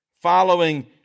following